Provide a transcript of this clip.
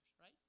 right